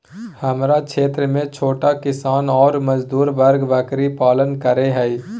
हमरा क्षेत्र में छोट किसान ऑर मजदूर वर्ग बकरी पालन कर हई